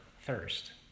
thirst